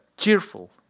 cheerful